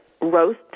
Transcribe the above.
roast